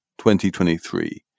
2023